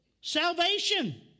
Salvation